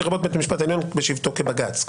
לרבות בית המשפט העליון בשבתו כבג"ץ.